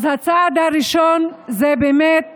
הצעד הראשון הוא באמת